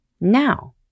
now